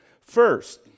First